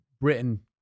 Britain